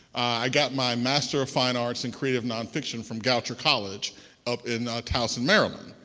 i got my master of fine arts in creative nonfiction from goucher college up in towson maryland.